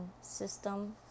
system